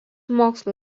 mokslo